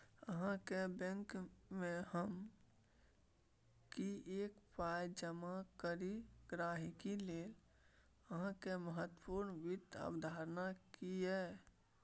अहाँक बैंकमे हम किएक पाय जमा करी गहिंकी लेल अहाँक महत्वपूर्ण वित्त अवधारणा की यै?